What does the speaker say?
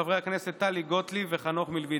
חברי הכנסת טלי גוטליב וחנוך מלביצקי,